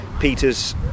Peters